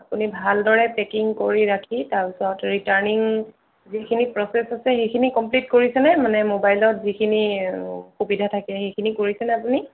আপুনি ভালদৰে পেকিং কৰি ৰাখি তাৰপিছত ৰিটাৰ্ণিং যিখিনি প্ৰচেছ আছে সেইখিনি কমপ্লিট কৰিছেনে মানে মোবাইলত যিখিনি সুবিধা থাকে সেইখিনি কৰিছেনে আপুনি